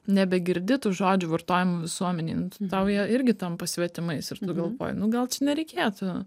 nebegirdi tų žodžių vartojimų visuomenėj tau jie irgi tampa svetimais ir tu galvoji nu gal čia nereikėtų